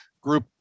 group